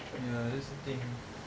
ya that's the thing